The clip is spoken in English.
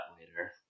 later